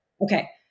Okay